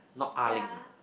ya